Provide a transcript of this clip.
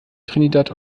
trinidad